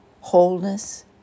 wholeness